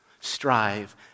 Strive